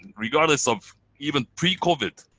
regardless of even pre-covid